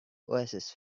oasis